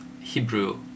Hebrew